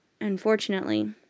Unfortunately